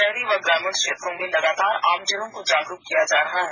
शहरी व ग्रामीण क्षेत्रों में लगातार आमजनों को जागरूक किया जा रहा है